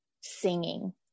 Singing